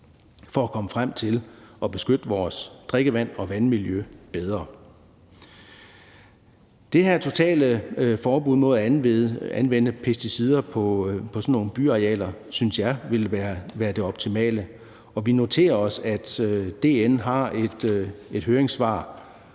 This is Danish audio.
for at komme frem til at beskytte vores drikkevand og vandmiljø bedre. Det her totale forbud mod at anvende pesticider på sådan nogle byarealer synes jeg ville være det optimale, og vi noterer os, at DN har et høringssvar,